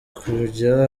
kujya